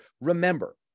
Remember